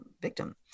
victim